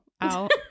out